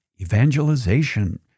evangelization